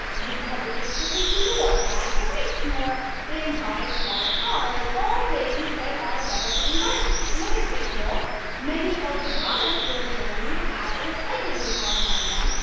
use public transportation, ride their bikes more and buy smaller cars. all things that are better for the environment. another example many of the bottles here in germany have a recycling deposit on them,